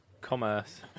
commerce